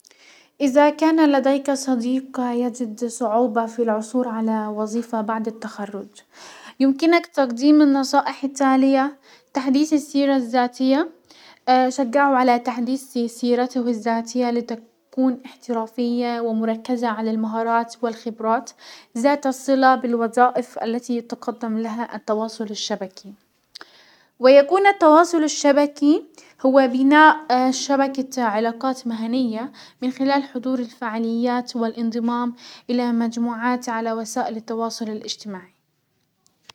ازا كان لديك صديق يجد صعوبة في العسور على وزيفة بعد التخرج، يمكنك تقديم النصائح التالية: تحديس السيرة الزاتية شجعه على تحديث سيرته الذاتية لتكون احترافية ومركزة المهارات والخبرات زات الصلة بالوظائف التي تقدم لها التواصل الشبكي، ويكون التواصل الشبكي هو بناء شبكة علاقات مهنية من خلال حضور الفعاليات والانضمام الى مجموعات على وسائل التواصل الاجتماعي.